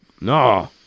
No